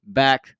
back